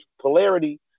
polarity